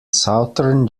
southern